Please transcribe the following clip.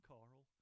Carl